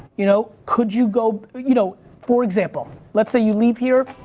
you know could you go, you know for example, let's say you leave here,